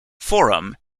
forum